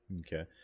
Okay